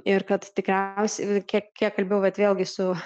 ir kad tikriausiai kiek kiek kalbėjau vat vėlgi su